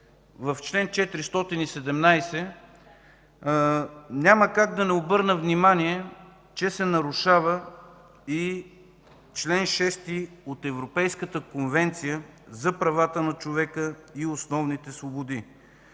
в чл. 417 няма как да не обърна внимание, че се нарушава и чл. 6 от Европейската конвенция за правата на човека и основните свободи.